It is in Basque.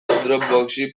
dropboxi